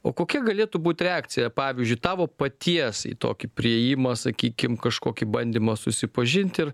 o kokia galėtų būt reakcija pavyzdžiui tavo paties į tokį priėjimą sakykim kažkokį bandymą susipažint ir